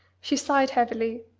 she sighed heavily,